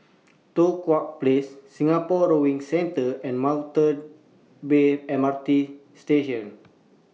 Tua Kong Place Singapore Rowing Centre and Mount bare M R T Station